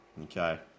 Okay